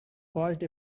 caused